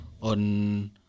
on